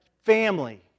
Family